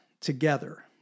together